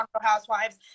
housewives